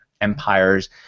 empires